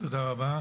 תודה רבה.